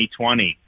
2020